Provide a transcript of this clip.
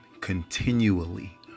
continually